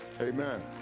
amen